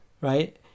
Right